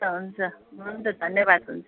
हुन्छ हुन्छ हुन्छ धन्यवाद हुन्छ